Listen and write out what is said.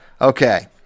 Okay